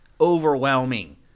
overwhelming